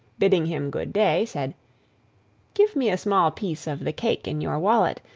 bidding him good-day, said give me a small piece of the cake in your wallet,